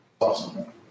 Awesome